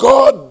God